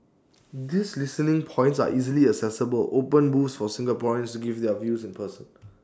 these listening points are easily accessible open booths for Singaporeans to give their views in person